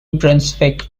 brunswick